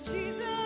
Jesus